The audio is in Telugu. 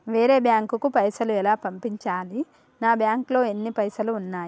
వేరే బ్యాంకుకు పైసలు ఎలా పంపించాలి? నా బ్యాంకులో ఎన్ని పైసలు ఉన్నాయి?